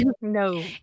No